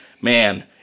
man